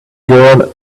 girl